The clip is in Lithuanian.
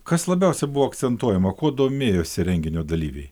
kas labiausia buvo akcentuojama kuo domėjosi renginio dalyviai